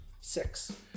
Six